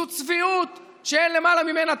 זו צביעות שאין למעלה ממנה.